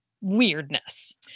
weirdness